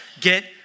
Get